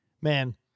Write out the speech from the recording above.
man